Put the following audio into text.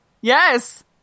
Yes